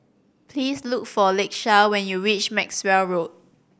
please look for Lakeisha when you reach Maxwell Road